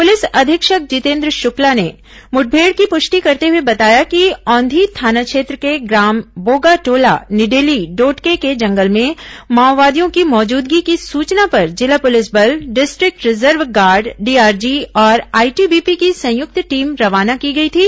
police अधीक्षक जितेन्द्र शुक्ला ने मुठभेड़ की पुष्टि करते हुए बताया कि औंधी थाना क्षेत्र के ग्राम बोगाटोला निडेली डोडके के जंगल में माओवादियों की मौजूदगी की सूचना पर जिला पुलिस बल डिस्ट्रिक्ट रिजर्व गार्ड डीआरजी और आईटीबीपी की संयुक्त टीम रवाना की गई थी